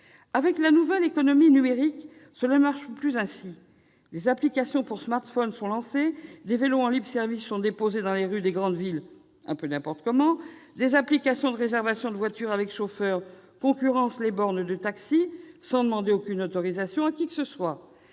Avec la nouvelle économie numérique, cela ne marche plus ainsi : des applications pour smartphones sont lancées, des vélos en libre-service sont déposés dans les rues des grandes villes- un peu n'importe comment -, des applications de réservation de voitures avec chauffeur concurrencent les bornes de taxi sans demander aucune autorisation à qui que ce soit.